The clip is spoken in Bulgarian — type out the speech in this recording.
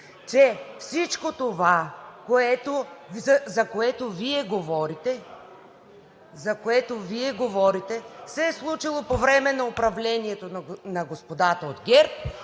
че всичко това, за което Вие говорите, се е случило по време на управлението на господата от ГЕРБ